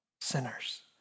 sinners